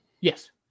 Yes